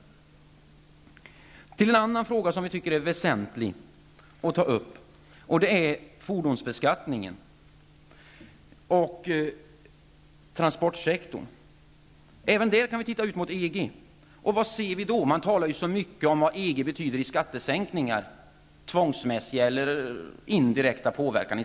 Så till en annan fråga som vi tycker att det är väsentligt att ta upp. Det gäller fordonsbeskattningen och transportsektorn. Även i det sammanhanget kan vi blicka mot EG. Vad ser vi då? Det talas ju så mycket om vad EG betyder när det gäller skattesänkningar i Sverige -- vare sig dessa är tvångsmässiga eller tillkommer genom indirekt påverkan.